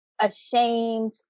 ashamed